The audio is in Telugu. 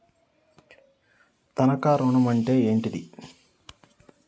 తనఖా ఋణం అంటే ఏంటిది?